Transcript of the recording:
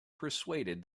persuaded